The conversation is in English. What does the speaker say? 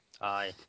Aye